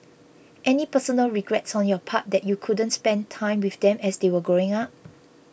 any personal regrets on your part that you couldn't spend time with them as they were growing up